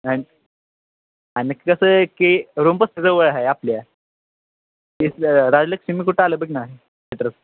आणि आणि कसं आहे की रूमपासनं जवळ आहे आपल्या इथलं राजलक्ष्मी कुठं आलं बघना